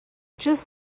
just